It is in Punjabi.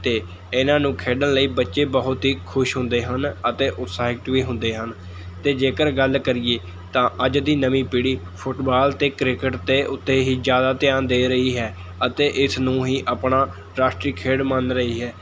ਅਤੇ ਇਹਨਾਂ ਨੂੰ ਖੇਡਣ ਲਈ ਬੱਚੇ ਬਹੁਤ ਹੀ ਖੁਸ਼ ਹੁੰਦੇ ਹਨ ਅਤੇ ਉਕਸਾਈਟ ਵੀ ਹੁੰਦੇ ਹਨ ਅਤੇ ਜੇਕਰ ਗੱਲ ਕਰੀਏ ਤਾਂ ਅੱਜ ਦੀ ਨਵੀਂ ਪੀੜ੍ਹੀ ਫੁੱਟਬਾਲ ਅਤੇ ਕ੍ਰਿਕਟ ਦੇ ਉੱਤੇ ਹੀ ਜ਼ਿਆਦਾ ਧਿਆਨ ਦੇ ਰਹੀ ਹੈ ਅਤੇ ਇਸ ਨੂੰ ਹੀ ਆਪਣਾ ਰਾਸ਼ਟਰੀ ਖੇਡ ਮੰਨ ਰਹੀ ਹੈ